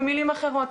במילים אחרות,